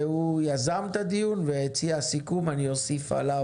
יזם את הדיון והציע סיכום ואני אוסיף עליו.